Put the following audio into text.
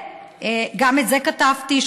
גם על זה כתבתי,